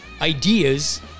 ideas